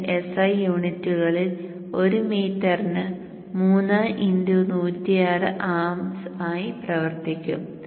ഇത് SI യൂണിറ്റുകളിൽ ഒരു മീറ്ററിന് 3 x 106 amps ആയി പ്രവർത്തിക്കും